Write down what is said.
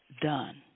done